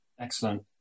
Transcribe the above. Excellent